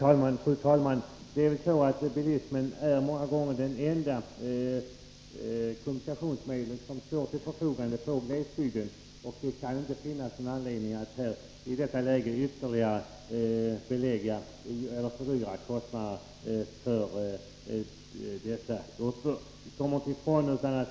Fru talman! Bilismen är många gånger det enda kommunikationsmedel som står till förfogande i glesbygden, och det kan inte finnas någon anledning att i detta läge ytterligare höja kostnaderna för dessa grupper.